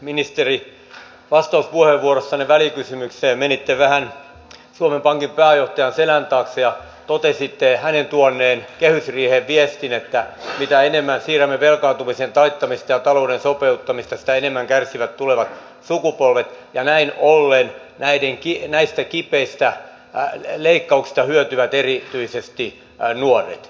ministeri vastauspuheenvuorossanne välikysymykseen menitte vähän suomen pankin pääjohtajan selän taakse ja totesitte hänen tuoneen kehysriiheen viestin että mitä enemmän siirrämme velkaantumisen taittamista ja talouden sopeuttamista sitä enemmän kärsivät tulevat sukupolvet ja näin ollen näistä kipeistä leikkauksista hyötyvät erityisesti nuoret